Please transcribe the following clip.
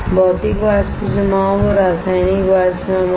भौतिक वाष्प जमाव और रासायनिक वाष्प जमाव